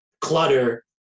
clutter